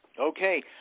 Okay